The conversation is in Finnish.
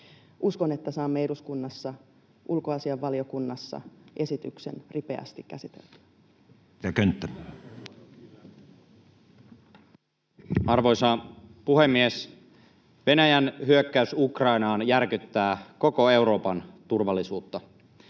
Uskon, että saamme eduskunnassa, ulkoasiainvaliokunnassa esityksen ripeästi käsiteltyä. Edustaja Könttä. Arvoisa puhemies! Venäjän hyökkäys Ukrainaan järkyttää koko Euroopan turvallisuutta.